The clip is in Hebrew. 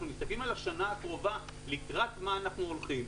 אנחנו מסתכלים על השנה הקרובה לקראת מה אנחנו הולכים.